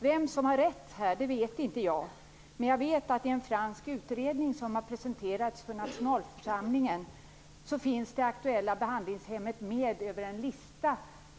Vem som har rätt vet jag inte, men jag vet att i en fransk utredning som har presenterats för nationalförsamlingen finns det aktuella behandlingshemmet med på en lista.